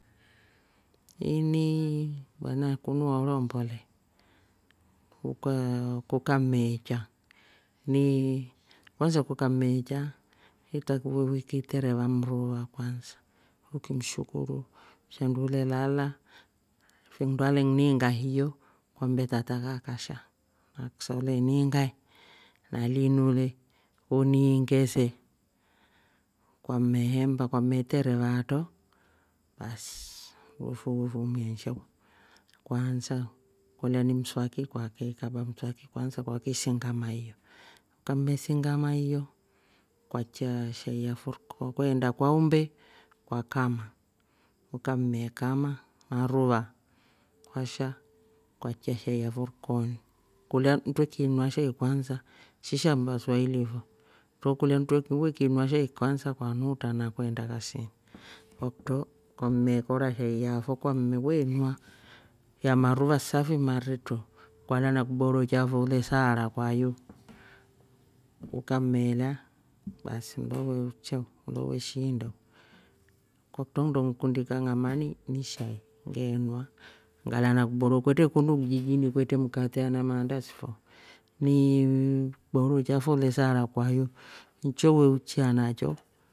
Inii maana kunu horombo le ukaa kukameecha nii kwanza kukaameecha itakiwe ukitereva mruva kwansa ukimshukuru shandu ule lala. shandu finndo alekuniinga hiyo ukambia tata kaa kasha naksa uleniinga nalinu le uniinge se kwamme hemba kwamme tereva atro baasi wefu- fumia nshau kwaansa kolya ni mswaki kwakiikaba mswaki kwansa kwakisinga maiyo. ukameesinga maiyo kwaitchya shai yafo riko- kweenda kwa umbe kwa kama ukammekama maruva kwasha kwaichya shai yafo rikoni. kulya twekiinywa shai kwansa shisha waswahili fo twekolya twe- wekiinywa shai kwansa kwanuutra na kweenda kasini. kwakutro kwamekora shai yafo kwam- we nywa ya maruva safi maritro kwala na kiboro chafo ulesaara kwayu. ukameelya basi ngavee uchya u lo weshiinda, kwakutro nndo ngikundi kang'ama ni shai ngeenywa ngala na kiboro kwetre kunu kijijini kwetre mkate wala maandasi fo niii kiboro chafo ule saara kwayu ncho we uchya nacho